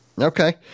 Okay